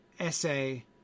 essay